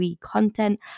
content